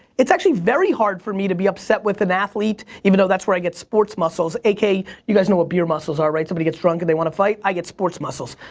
it's actually very hard for me to be upset with an athlete, even though that's where i get sports muscles aka you guys know what beer muscles are right? somebody get's drunk and they wanna fight. i get sports muscles.